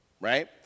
right